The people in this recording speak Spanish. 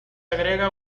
agrega